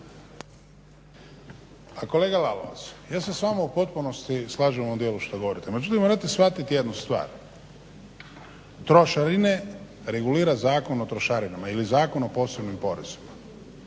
Pa kolega Lalovac ja se s vama u potpunosti slažem u ovom dijelu što govorite, međutim morate shvatiti jednu stvar trošarine regulira Zakon o trošarinama ili Zakon o posebnim porezima